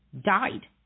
died